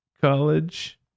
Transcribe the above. College